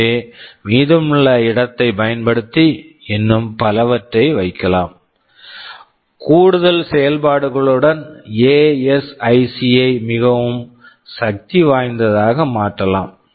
எனவே மீதமுள்ள இடத்தைப் பயன்படுத்தி இன்னும் பலவற்றை வைக்கலாம் கூடுதல் செயல்பாடுகளுடன் எஎஸ்ஐசி ASIC ஐ மிகவும் சக்திவாய்ந்ததாக மாற்றலாம்